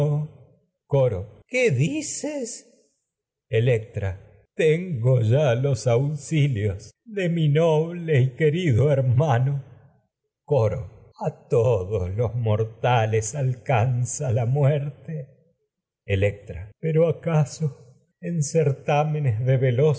coro qué dices tengo ya los auxilios de mi noble y que electra rido hermano coro a todos los mortales alcanza la muerte electra pero acaso en certámenes de veloces